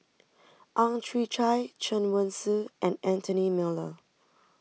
Ang Chwee Chai Chen Wen Hsi and Anthony Miller